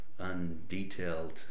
undetailed